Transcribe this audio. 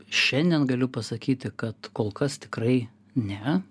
šiandien galiu pasakyti kad kol kas tikrai ne